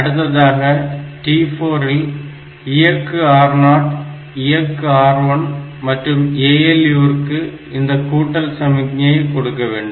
அடுத்ததாக t4 இல் இயக்கு R0 இயக்கு R1 மற்றும் ALU ற்கு இந்த கூட்டல் சமிக்ஞையை கொடுக்க வேண்டும்